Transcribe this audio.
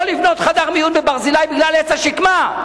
לבנות חדר מיון ב"ברזילי" בגלל עץ השקמה.